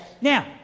Now